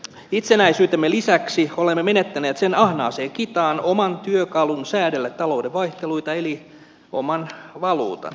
itsenäisyytemme lisäksi olemme menettäneet sen ahnaaseen kitaan oman työkalun säädellä talouden vaihteluita eli oman valuutan